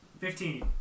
Fifteen